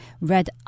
red